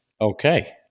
okay